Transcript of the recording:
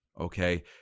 okay